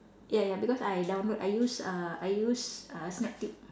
ya ya because I download I use uh I use uh snap tube